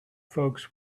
folks